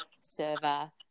server